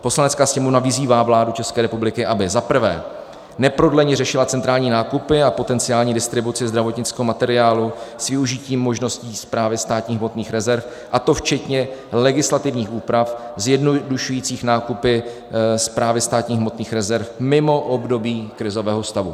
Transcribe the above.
Poslanecká sněmovna vyzývá vládu České republiky, aby za prvé neprodleně řešila centrální nákupy a potenciální distribuci zdravotnického materiálu s využitím možností Správy státních hmotných rezerv, a to včetně legislativních úprav zjednodušujících nákupy Správy státních hmotných rezerv mimo období krizového stavu.